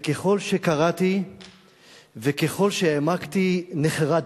וככל שקראתי וככל שהעמקתי, נחרדתי.